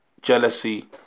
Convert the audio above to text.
jealousy